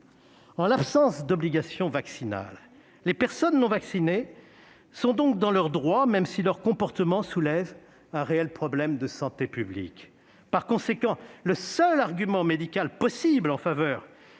En l'absence d'obligation vaccinale, les personnes non vaccinées sont donc dans leur droit, même si leur comportement soulève un réel problème de santé publique. Par conséquent, le seul argument médical possible en faveur